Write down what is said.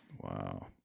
wow